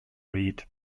read